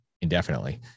indefinitely